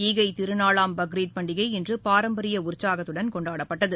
ஈகை திருநாளாம் பக்ரீத் பண்டிகை இன்று பாரம்பரிய உற்சாகத்துடன் கொண்டாடப்பட்டது